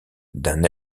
d’un